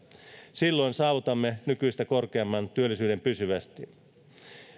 silloin saavutamme nykyistä korkeamman työllisyyden pysyvästi